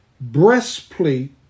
breastplate